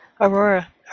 Aurora